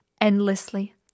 endlessly